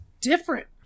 different